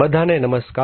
બધાને નમસ્કાર